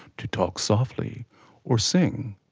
to talk softly or sing,